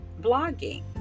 blogging